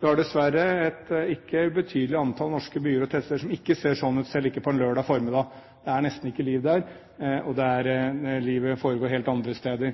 Det er dessverre et ikke ubetydelig antall norske byer og tettsteder som ikke ser slik ut, selv ikke på en lørdag formiddag. Det er nesten ikke liv der, livet foregår helt andre steder.